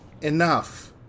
Enough